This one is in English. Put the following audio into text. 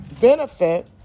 benefit